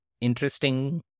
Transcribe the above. interesting